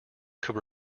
could